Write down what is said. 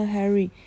Harry